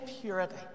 purity